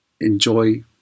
enjoy